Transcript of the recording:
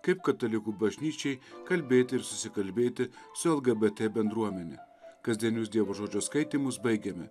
kaip katalikų bažnyčiai kalbėti ir susikalbėti su lgbt bendruomene kasdienius dievo žodžio skaitymus baigiame